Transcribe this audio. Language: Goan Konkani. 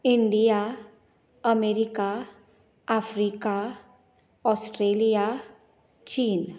इंडिया अमेरिका आफ्रिका ऑस्ट्रेलिया चीन